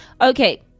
Okay